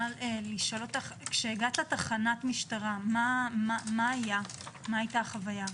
כשהגעת לתחנת המשטרה, מה היתה החוויה?